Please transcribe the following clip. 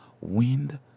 Wind